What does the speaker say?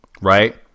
Right